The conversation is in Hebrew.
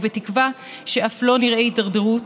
ובתקווה שאף לא נראה הידרדרות,